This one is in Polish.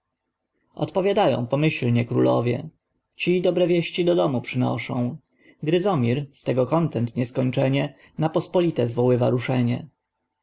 odpowiadają pomyślnie królowie ci dobre wieści do domu przynoszą gryzomir z tego kontent nieskończenie na pospolite zwoływa ruszenie